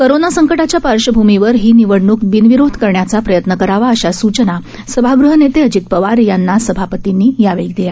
corona संकटाच्या पार्श्वभूमीवर ही निवडणूक बिनविरोध करण्याचा प्रयत्न करावा अशा सूचना सभागृह नेते अजित पवार यांना सभापतींनी यावेळी दिल्या